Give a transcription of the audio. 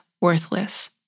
worthless